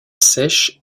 sèche